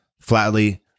flatly